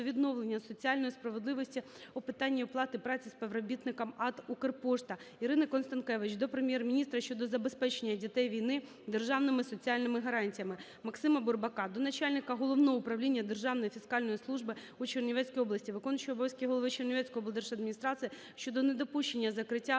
відновлення соціальної справедливості у питанні оплати праці співробітникам АТ "Укрпошта". Ірини Констанкевич до Прем'єр-міністра щодо забезпечення дітей війни державними соціальними гарантіями. МаксимаБурбакадо начальника Головного управління Державної фіскальної служби у Чернівецькій області, виконуючого обов'язки голови Чернівецької облдержадміністрації щодо недопущення закриття